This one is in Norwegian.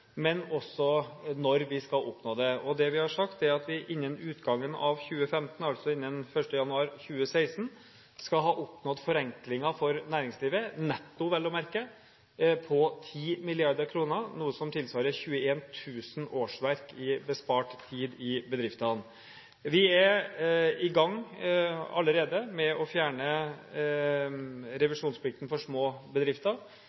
men også når vi skal oppnå det. Det vi har sagt, er at vi innen utgangen av 2015, altså innen 1. januar 2016, skal ha oppnådd forenklinger for næringslivet – netto, vel å merke – på 10 mrd. kr, noe som tilsvarer 21 000 årsverk i bespart tid i bedriftene. Vi er allerede i gang med å fjerne revisjonsplikten for små bedrifter.